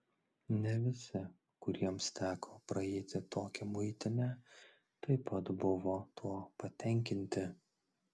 ne visi kuriems teko praeiti tokią muitinę taip pat buvo tuo patenkinti